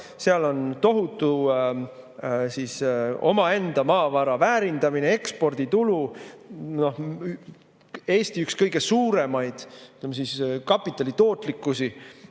seal on tohutu omaenda maavara väärindamine, eksporditulu, Eesti üks kõige suuremaid, ütleme, kapitali tootlikkusi.